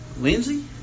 Lindsay